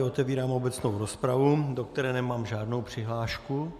Otevírám obecnou rozpravu, do které nemám žádnou přihlášku.